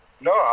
No